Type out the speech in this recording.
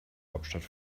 hauptstadt